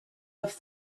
have